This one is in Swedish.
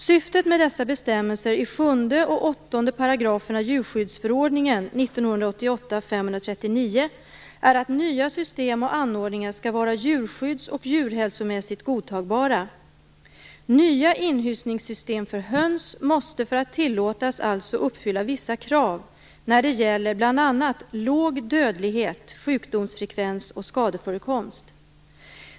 Syftet med dessa bestämmelser i 7 och 8 §§ djurskyddsförordningen Nya inhysningssystem för höns måste för att tillåtas alltså uppfylla vissa krav när det gäller bl.a. låg dödlighet, sjukdomsfrekvens och skadeförekomst.